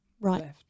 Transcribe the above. Right